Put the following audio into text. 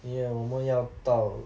ya 我们要到